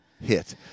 hit